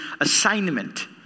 assignment